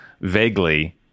vaguely